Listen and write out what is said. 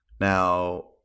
Now